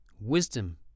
wisdom